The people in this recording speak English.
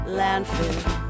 landfill